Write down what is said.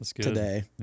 today